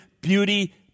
beauty